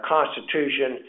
Constitution